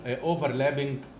overlapping